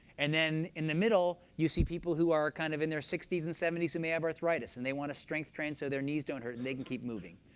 and then in the middle, you see people who are kind of in their sixty s and seventy s who may have arthritis, and they want to strength train so their knees don't hurt and they can keep moving.